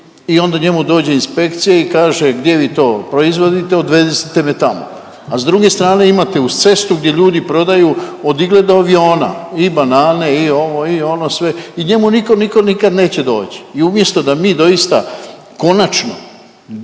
i onda njemu dođe inspekcija i kaže gdje vi to proizvodite odvezite me tamo, a s druge strane imate uz cestu gdje ljudi prodaju od igle do aviona i banane i ovo i ono, sve i njemu niko nikad neće doći. I umjesto da mi doista konačno